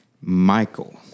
Michael